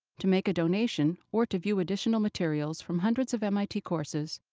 to make a donation or to view additional materials from hundreds of mit courses,